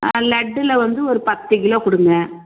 ஆ லட்டில் வந்து ஒரு பத்து கிலோ கொடுங்க